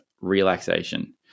relaxation